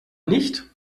nicht